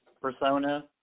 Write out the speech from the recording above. persona